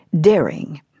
daring